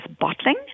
bottling